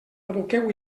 aboqueu